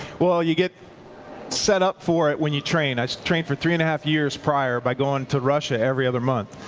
you get set up for it when you train. i trained for three and a half years prior by going to russia every other month.